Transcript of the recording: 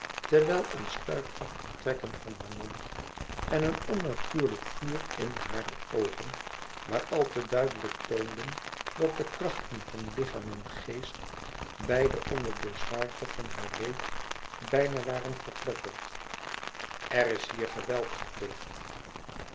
terwijl een stuipachtig trekken van haar mond en een onnatuurlijk vuur in hare oogen maar al te duideiijk toonden dat de krachten van lichaam en geest beide onder de zwaarte van haar leed bijna waren verpletterd er is hier geweld gepleegd